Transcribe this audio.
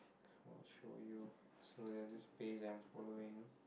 I'll show you so there is this page that I'm following